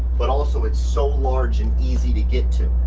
but also it's so large and easy to get to,